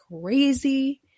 crazy